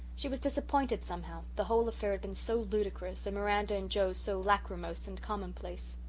she was disappointed somehow the whole affair had been so ludicrous, and miranda and joe so lachrymose and commonplace.